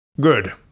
Good